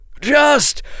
Just